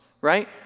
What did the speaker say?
right